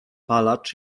palacz